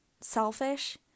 selfish